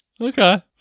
okay